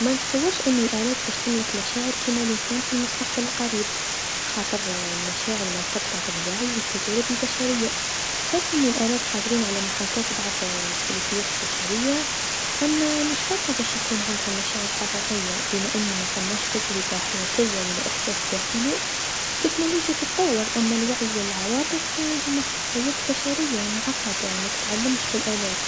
منتصورش أنو الآلات باش تملك مشاعر كيما الإنسان في المستقبل القريب، خاطر المشاعر مرتبطه بالوعي و التجارب البشريه، صحيح أنو الألات قادريتطن على محاكاة سلوكيات البشريه، أما مش هاكا باش يكون عندهم مشاعر حقيقيه بما أنو مفماش تجربه حياتيه و لا إحساس داخلي، التكنولوجيا تطور أما الوعي و العواطف هوما خاصيات بشريه معقدة متتعلمش في الآلات.